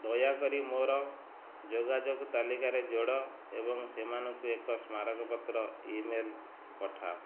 ଦୟାକରି ମୋର ଯୋଗାଯୋଗ ତାଲିକାରେ ଯୋଡ଼ ଏବଂ ସେମାନଙ୍କୁ ଏକ ସ୍ମାରକପତ୍ର ଇମେଲ୍ ପଠାଅ